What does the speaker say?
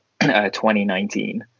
2019